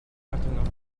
maintenant